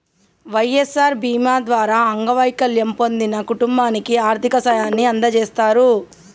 వై.ఎస్.ఆర్ బీమా ద్వారా అంగవైకల్యం పొందిన కుటుంబానికి ఆర్థిక సాయాన్ని అందజేస్తారు